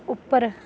ਉੱਪਰ